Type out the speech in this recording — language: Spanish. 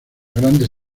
grandes